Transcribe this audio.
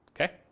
Okay